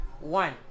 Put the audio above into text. One